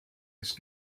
ist